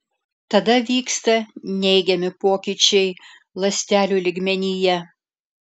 tada vyksta neigiami pokyčiai ląstelių lygmenyje